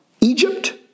Egypt